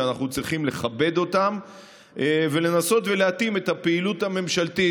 ואנחנו צריכים לכבד אותם ולנסות להתאים את הפעילות הממשלתית.